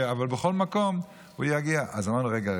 אז אמרנו: רגע,